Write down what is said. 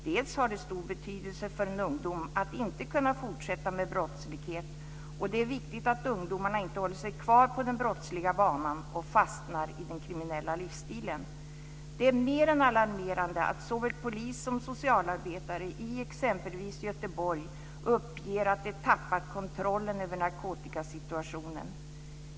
Dels har det stor betydelse för en ung människa att inte kunna fortsätta med brottslighet, dels är det viktigt att ungdomarna inte håller sig kvar på den brottsliga banan och fastnar i den kriminella livsstilen. Det är mer än alarmerande att såväl polis som socialarbetare i exempelvis Göteborg uppger att de tappat kontrollen över narkotikasituationen.